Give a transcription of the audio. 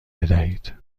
بدهید